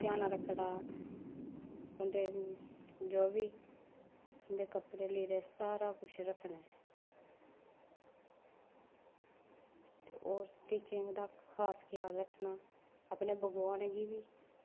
ध्यान रक्खना उं'दा जो बी उं'दे कपड़े लीरे सारा कुछ रक्खना ऐ होर स्टिचिंग दा खास ख्याल रक्खना अपने भगवान गी बी